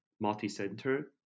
Multi-center